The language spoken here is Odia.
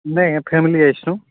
ନାଇଁ ଫ୍ୟାମିଲି ଆସିଛୁଁ